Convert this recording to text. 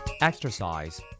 Exercise